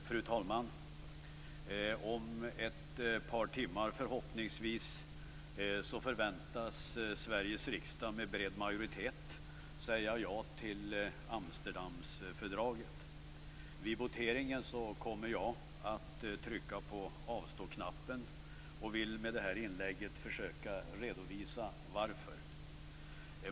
Fru talman! Om ett par timmar, förhoppningsvis, förväntas Sveriges riksdag med bred majoritet säga ja till Amsterdamfördraget. Vid voteringen kommer jag att trycka på avstår-knappen. Jag vill med det här inlägget redovisa varför.